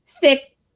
thick